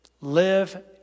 Live